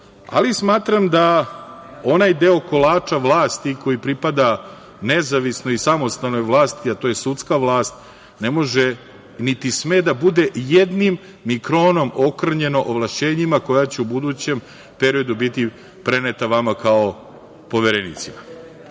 ali smatram da onaj deo kolača vlasti koji pripada nezavisnoj i samostalnoj vlasti, a to je sudska vlast, ne može niti sme, da bude jednim mikronom okrnjena ovlašćenjima koja će u budućem periodu biti preneta vama kao poverenicima. Mislim